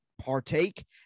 partake